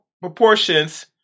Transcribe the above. proportions